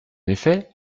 effet